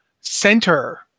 center